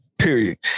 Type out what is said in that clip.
period